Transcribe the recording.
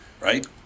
right